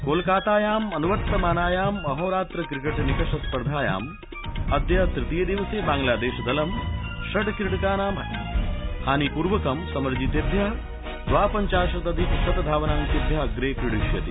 कोलकातायाम् अनुवर्तमानायाम् अहोरात्र क्रिकेट् निकष स्पर्धायां अद्य तृतीये दिवसे बांग्लादेशदलं षट् क्रीडकाणां हानिपूर्वकं समर्जितेभ्यः द्वापञ्चाशदधिक शत धावनांकेभ्यः अग्रे क्रीडिष्यति